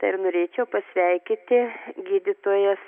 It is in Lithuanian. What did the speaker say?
ir norėčiau pasveikinti gydytojas